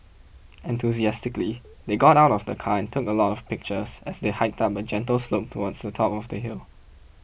enthusiastically they got out of the car and took a lot of pictures as they hiked up a gentle slope towards the top of the hill